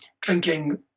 drinking